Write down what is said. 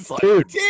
Dude